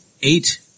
eight